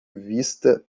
vista